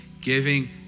giving